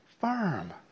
firm